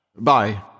Bye